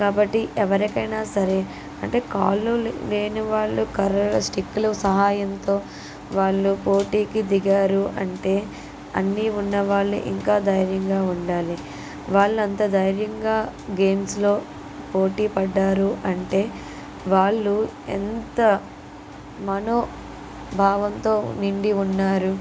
కాబట్టి ఎవరికైనా సరే అంటే కాళ్ళు లేనివాళ్ళు కర్ర స్టిక్కులు సహాయంతో వాళ్ళు పోటీకి దిగారు అంటే అన్నీ ఉన్నవాళ్ళు ఇంకా ధైర్యంగా ఉండాలి వాళ్ళు అంత ధైర్యంగా గేమ్స్లో పోటీ పడ్డారు అంటే వాళ్ళు ఎంత మనోభావనతో నిండి ఉన్నారు